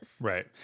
Right